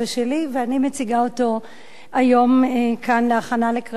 ואני מציגה אותו היום כאן לקריאה ראשונה,